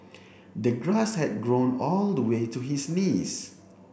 the grass had grown all the way to his knees